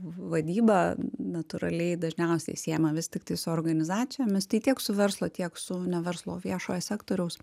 vadyba natūraliai dažniausiai siejama vis tiktai su organizacijomis tai tiek su verslo tiek su ne verslo viešojo sektoriaus